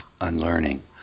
unlearning